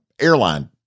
airline